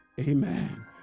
amen